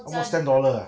almost ten dollar ah